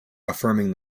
affirming